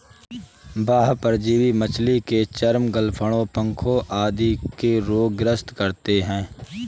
बाह्य परजीवी मछली के चर्म, गलफडों, पंखों आदि के रोग ग्रस्त करते है